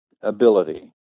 ability